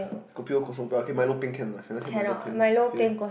kopi O kosong but okay milo peng can or not can I say milo peng okay